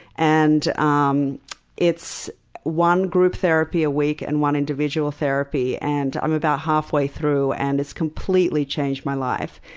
and um it's one group therapy a week and one individual therapy. and i'm about halfway through, and it's completely changed my life.